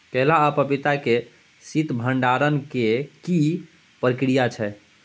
केला आ पपीता के शीत भंडारण के की प्रक्रिया छै?